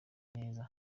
neza